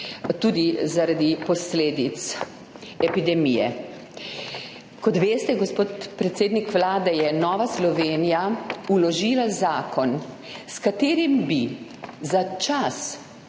tudi zaradi posledic epidemije. Kot veste, gospod predsednik Vlade, je Nova Slovenija vložila zakon, s katerim bi za čas